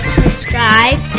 subscribe